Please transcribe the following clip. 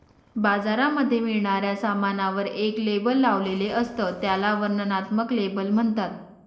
बाजारामध्ये मिळणाऱ्या सामानावर एक लेबल लावलेले असत, त्याला वर्णनात्मक लेबल म्हणतात